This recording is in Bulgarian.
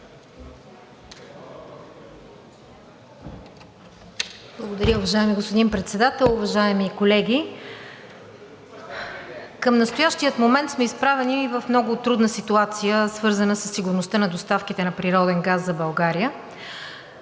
Благодаря. Уважаеми господин Председател, уважаеми колеги! Към настоящия момент сме изправени в много трудна ситуация, свързана със сигурността на доставките на природен газ за България.